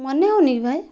ମନେ ହେଉନି କି ଭାଇ